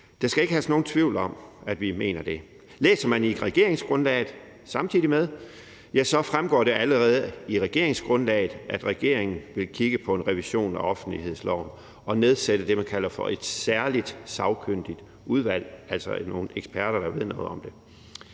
Der skal ikke herske nogen tvivl om, at vi mener det. Læser man samtidig i regeringsgrundlaget, kan man se, at det allerede fremgår her, at regeringen vil kigge på en revision af offentlighedsloven og nedsætte det, man kalder for et særligt sagkyndigt udvalg, altså nogle eksperter, der ved noget om det.